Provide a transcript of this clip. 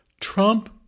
Trump